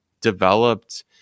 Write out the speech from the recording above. developed